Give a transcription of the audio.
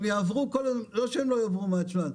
לא שהם לא יעברו מהצ'אנס,